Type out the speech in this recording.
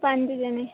ਪੰਜ ਜਾਣੇ